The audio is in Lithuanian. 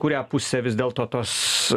kurią pusę vis dėlto tos